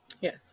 Yes